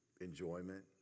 enjoyment